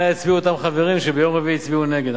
יצביעו אותם חברים שביום רביעי הצביעו נגד,